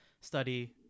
study